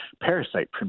Parasite